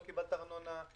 לא קיבלת סיוע בארנונה,